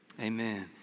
amen